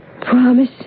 Promise